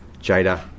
Jada